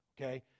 okay